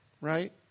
right